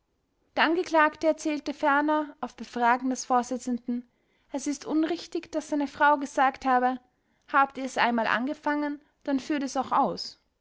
der angeklagte erzählte ferner auf befragen des vorsitzenden es ist unrichtig daß seine frau gesagt habe habt ihr's einmal angefangen dann führt es auch aus